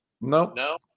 No